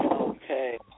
Okay